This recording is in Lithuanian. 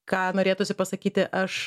ką norėtųsi pasakyti aš